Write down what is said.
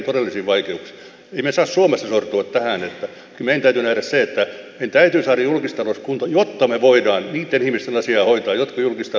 emme me saa suomessa sortua tähän kyllä meidän täytyy nähdä se että meidän täytyy saada julkistalous kuntoon jotta me voimme niitten ihmisten asiaa hoitaa jotka ovat julkistaloudesta riippuvaisia